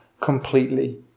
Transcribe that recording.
completely